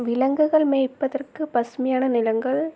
விலங்குகள் மேய்ப்பதற்கு பசுமையான நிலங்கள்